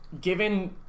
given